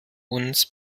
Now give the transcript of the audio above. uns